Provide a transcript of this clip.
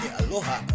aloha